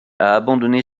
abandonné